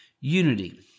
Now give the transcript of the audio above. unity